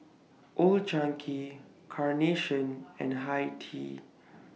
Old Chang Kee Carnation and Hi Tea